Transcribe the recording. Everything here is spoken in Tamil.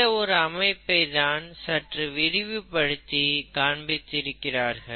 இந்த ஒரு அமைப்பை தான் சற்று விரிவு படுத்தி காண்பித்திருக்கிறார்கள்